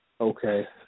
Okay